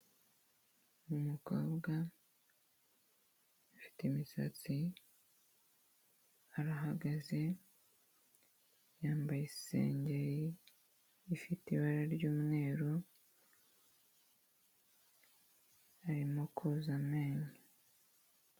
Ni umukobwa ufite imisatsi. Arahagaze. Yambaye isengeri ifite ibara ry'mweru. Arimo koza amenyo.